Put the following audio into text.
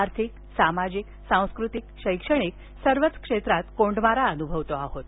आर्थिक सामाजिक सांस्कृतिक शैक्षणिक सर्वच क्षेत्रात कोंडमारा अनुभवतो आहोत